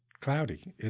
cloudy